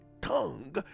tongue